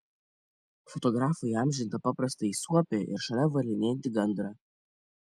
fotografo įamžintą paprastąjį suopį ir šalia varlinėjantį gandrą